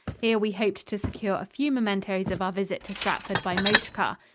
here we hoped to secure a few mementos of our visit to stratford by motor car.